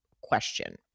question